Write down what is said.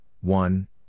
one